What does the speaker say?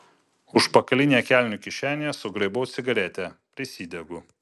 užpakalinėje kelnių kišenėje sugraibau cigaretę prisidegu